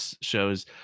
shows